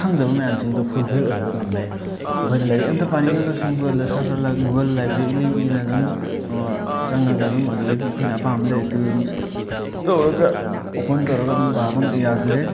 ꯈꯪꯗꯕ ꯃꯌꯥꯝꯁꯤꯡꯗꯣ ꯐꯨꯜꯐꯤꯜ ꯑꯣꯏꯍꯟꯕ ꯉꯝꯃꯦ ꯑꯩꯈꯣꯏꯅ ꯂꯥꯏꯔꯤꯛ ꯑꯝꯇ ꯄꯥꯅꯤꯡꯉꯒꯁꯨ ꯒꯨꯒꯜꯗ ꯁꯔꯁ ꯇꯧꯔꯒ ꯒꯨꯒꯜ ꯂꯥꯏꯕꯔꯦꯔꯤꯒꯤ ꯑꯅ ꯑꯗꯨꯝ ꯆꯪꯉꯒ ꯑꯗꯨꯝ ꯑꯗꯨꯗꯒꯤ ꯑꯩꯈꯣꯏꯅ ꯑꯄꯥꯝꯕ ꯂꯥꯏꯔꯤꯛꯇꯨꯗ ꯑꯗꯨꯝ ꯇꯧꯔꯒ ꯑꯣꯄꯟ ꯇꯧꯔꯒ ꯑꯗꯨꯝ ꯄꯥꯕ ꯌꯥꯖꯔꯦ